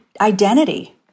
identity